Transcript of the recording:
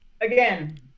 Again